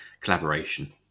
collaboration